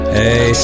Hey